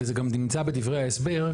וזה נמצא גם בדברי ההסבר,